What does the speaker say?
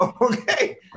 Okay